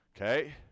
okay